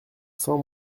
cents